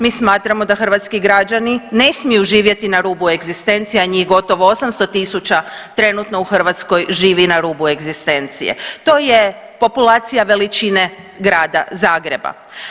Mi smatramo da hrvatski građani ne smiju živjeti na rubu egzistencije, a njih gotovo 800.000 trenutno u Hrvatskoj živi na rubu egzistencije, to je populacija veličine grada Zagreba.